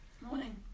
Morning